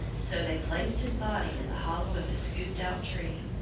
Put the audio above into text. so they placed his body in the hollow of a scooped out tree,